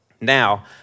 Now